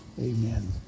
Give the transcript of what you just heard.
Amen